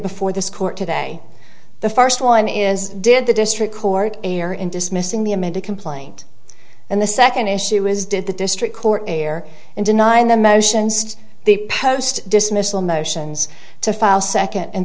before this court today the first one is did the district court here in dismissing the amended complaint and the second issue is did the district court here in denying the motions to the post dismissal motions to file second and